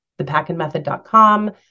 thepackandmethod.com